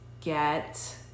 get